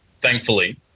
thankfully